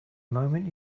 moment